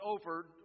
over